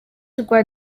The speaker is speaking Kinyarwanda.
rwa